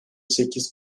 sekiz